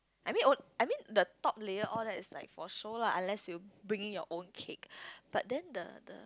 I mean on~ I mean the top layer all that is like for show lah unless you bring in your own cake but then the the